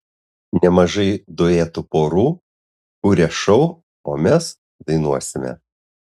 nemažai duetų porų kuria šou o mes dainuosime